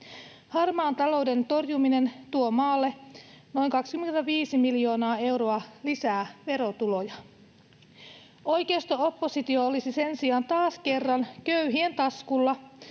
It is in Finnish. Harmaan talouden torjuminen tuo maalle noin 25 miljoonaa euroa lisää verotuloja. Oikeisto-oppositio olisi sen sijaan taas kerran köyhien taskulla,